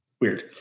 Weird